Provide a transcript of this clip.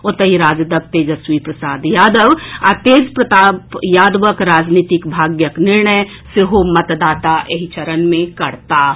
ओतहि राजदक तेजस्वी प्रसाद यादव आ तेज प्रताप यादवक राजनीतिक भाग्यक निर्णय सेहो मतदाता एहि चरण मे करताह